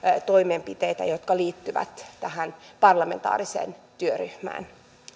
toimenpiteitä jotka liittyvät tähän parlamentaariseen työryhmään